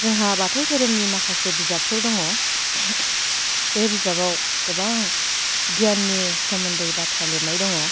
जोंहा बाथौ धोरोमनि माखासे बिजाबफोर दङ बे बिजाबाव गोबां गियाननि सोमोन्दै बाथ्रा लिरनाय दङ